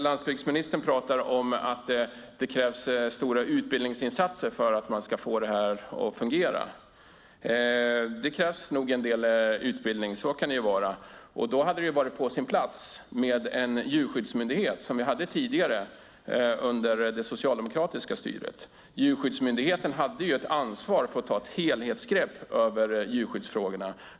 Landsbygdsministern pratar om att det krävs stora utbildningsinsatser för att få det här att fungera. Det krävs nog en del utbildning, så kan det vara, och då hade det varit på sin plats med en djurskyddsmyndighet som vi hade tidigare under det socialdemokratiska styret. Djurskyddsmyndigheten hade ett ansvar för att ta ett helhetsgrepp över djurskyddsfrågorna.